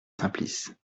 simplice